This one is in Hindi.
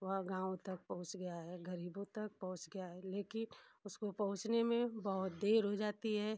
वह गाँव तक पहुँच गया है गरीबों तक पहुँच गया है लेकिन उसको पहुँचने में बहुत देर हो जाती है